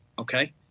Okay